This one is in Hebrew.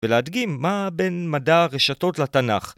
‫ולהדגים מה בין מדע הרשתות לתנ"ך.